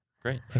Great